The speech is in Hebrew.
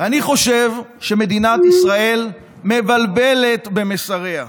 ואני חושב שמדינת ישראל מבלבלת במסריה,